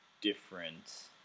different